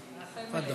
ובכך מנעה את